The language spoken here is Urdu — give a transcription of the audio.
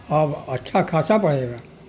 اب اچھا خاصا پڑھے گا